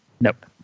Nope